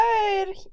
good